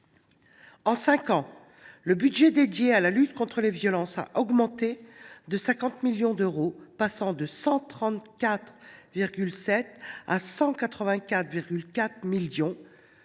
En cinq ans, le budget affecté à la lutte contre les violences a augmenté de 50 millions d’euros, passant de 134,7 à 184,4 millions d’euros,